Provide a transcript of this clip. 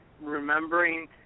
remembering